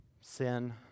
Sin